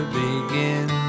begin